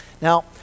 Now